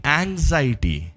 anxiety